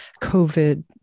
COVID